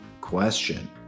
question